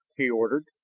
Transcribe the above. he ordered.